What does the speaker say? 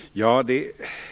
Fru talman!